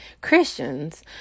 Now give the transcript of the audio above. Christians